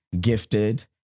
gifted